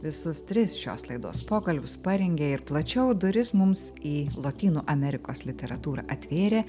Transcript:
visus tris šios laidos pokalbius parengė ir plačiau duris mums į lotynų amerikos literatūrą atvėrė